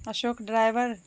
Ashok driver